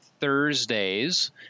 Thursdays